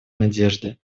надежды